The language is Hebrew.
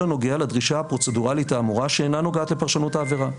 הנוגע לדרישה הפרוצדורלית האמורה שאינה נוגעת לפרשנות העבירה.